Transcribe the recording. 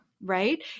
Right